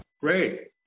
Great